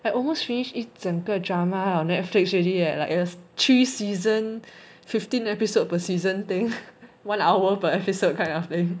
I almost finish it 整个 drama on netflix already eh ya like there is three season fifteen episodes per season thing one hour per episode kind of thing